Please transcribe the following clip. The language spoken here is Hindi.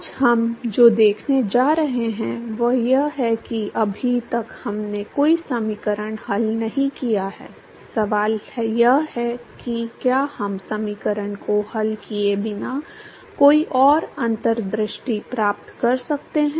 आज हम जो देखने जा रहे हैं वह यह है कि अभी तक हमने कोई समीकरण हल नहीं किया है सवाल यह है कि क्या हम समीकरण को हल किए बिना कोई और अंतर्दृष्टि प्राप्त कर सकते हैं